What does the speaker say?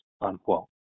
unquote